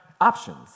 options